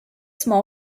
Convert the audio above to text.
small